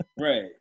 Right